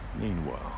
meanwhile